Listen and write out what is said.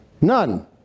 None